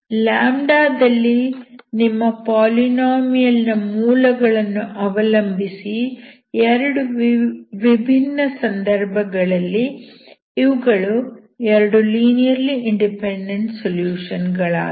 ದಲ್ಲಿ ನಿಮ್ಮ ಪಾಲಿನೋಮಿಯಲ್ ನ ಮೂಲಗಳನ್ನು ಅವಲಂಬಿಸಿ 2 ವಿಭಿನ್ನ ಸಂದರ್ಭಗಳಲ್ಲಿ ಇವುಗಳು 2 ಲೀನಿಯರ್ಲಿ ಇಂಡಿಪೆಂಡೆಂಟ್ ಸೊಲ್ಯೂಷನ್ ಗಳಾಗಿವೆ